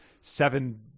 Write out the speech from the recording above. seven